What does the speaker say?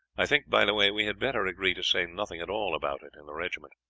i think, by the way, we had better agree to say nothing at all about it in the regiment